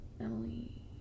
Emily